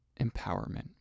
empowerment